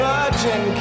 Virgin